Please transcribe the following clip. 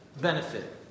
benefit